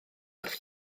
wrth